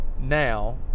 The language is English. now